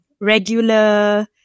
regular